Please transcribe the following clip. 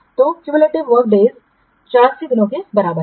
तो cumulative work days दिनों के बराबर है